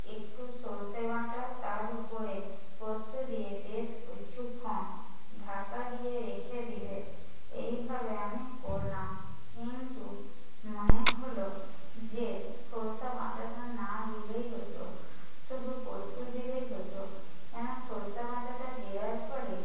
একটু সর্ষে বাটা তার উপরে পোস্ত দিয়ে বেশ কিছুক্ষণ ঢাকা দিয়ে রেখে দেবে এইভাবে আমি করলাম কিন্তু মনে হলো যে সর্ষে বাটাটা না দিলেই হতো শুধু পোস্ত দিলেই হতো কেন সর্ষে বাটাটা দেওয়ার ফলে